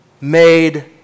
made